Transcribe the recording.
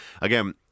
again